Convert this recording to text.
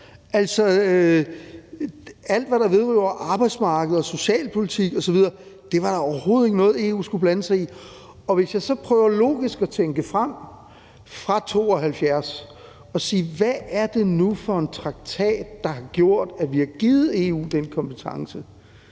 Alt, hvad der vedrørte arbejdsmarked og socialpolitik osv., var da overhovedet ikke noget, EU skulle blande sig i. Og hvis jeg så prøver logisk at tænke frem fra 1972 og sige, hvad det nu er for en traktat, der har gjort, at vi har givet EU den kompetence,